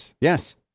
Yes